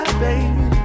baby